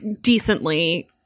Decently